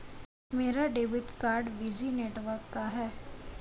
मेरा debit card Visa network का है